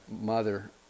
mother